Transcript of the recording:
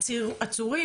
בעיקר עצורים